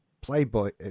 playboy